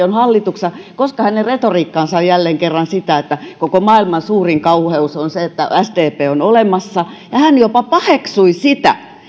ilmeisesti on hallituksessa koska hänen retoriikkansa on jälleen kerran sitä että koko maailman suurin kauheus on se että sdp on olemassa ja hän jopa paheksui sitä